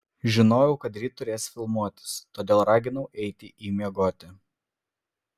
žinojau kad ryt turės filmuotis todėl raginau eiti į miegoti